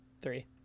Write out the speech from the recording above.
three